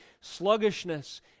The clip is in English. sluggishness